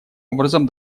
образом